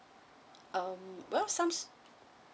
um well some